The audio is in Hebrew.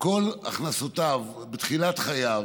כל הכנסותיו בתחילת חייו